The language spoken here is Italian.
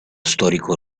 storico